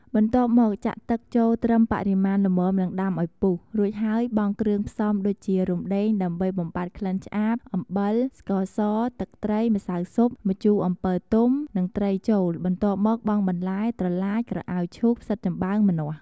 បន្ទាប់មក ចាក់ទឹកចូលត្រឹមបរិមាណល្មមនិងដាំឱ្យពុះ រួចហើយបង់គ្រឿងផ្សំ ដូចជា រំដេងដើម្បីបំបាត់ក្លិនឆ្អាប អំបិល ស្ករស ទឹកត្រី ម្សៅស៊ុប ម្ជូរអំពិលទុំ និងត្រីចូល បន្ទាប់មកបង់បន្លែ ត្រឡាច ក្រអៅឈូក ផ្សិតចំបើង ម្នាស់។